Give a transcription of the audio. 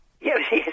Yes